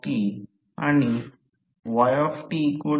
जर d zetadx 0 असे म्हटले तर लोहाचे लॉस तांबे लॉस दिसेल